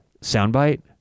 soundbite